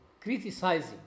criticizing